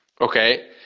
okay